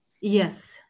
Yes